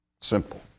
Simple